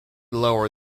lower